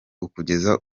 ukugeza